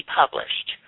published